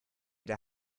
der